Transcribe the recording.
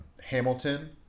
Hamilton